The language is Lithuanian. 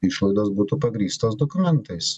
išlaidos būtų pagrįstos dokumentais